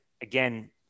again